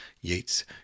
Yeats